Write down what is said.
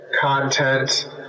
content